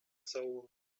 soul